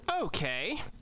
Okay